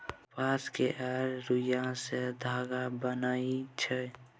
कपास केर रूइया सँ धागा बनइ छै